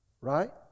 Right